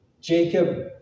Jacob